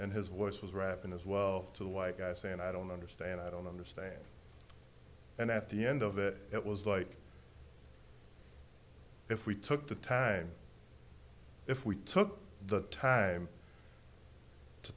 and his voice was rapping as well to white guys and i don't understand i don't understand and at the end of it it was like if we took the time if we took the time to